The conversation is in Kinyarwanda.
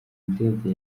ndege